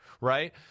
right